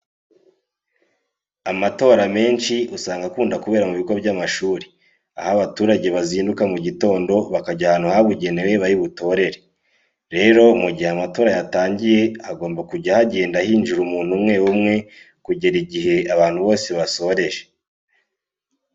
Amatora menshi usanga akunda kubera mu bigo by'amashuri, aho abaturage bazinduka mu gitondo bakajya ahantu habugenewe bari butorere. Rero mu gihe amatora yatangiye hagomba kujya hagenda hinjira umuntu umwe umwe kugera igihe abantu bose basoreje.